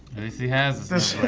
least he has